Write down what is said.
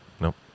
Nope